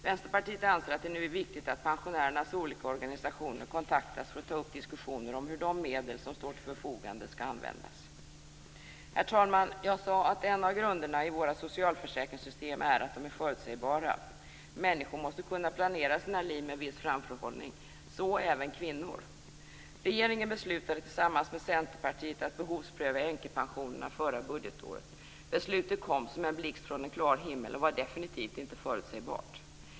Vänsterpartiet anser att det nu är viktigt att pensionärernas olika organisationer kontaktas för att ta upp diskussioner om hur de medel som står till förfogande skall användas. Herr talman! Jag sade att en av grunderna i våra socialförsäkringssystem är att de är förutsägbara. Människor måste kunna planera sina liv med viss framförhållning - så även kvinnor. Regeringen beslutade tillsammans med Centerpartiet att behovspröva änkepensionerna förra budgetåret. Beslutet kom som en blixt från klar himmel och var definitivt inte förutsägbart.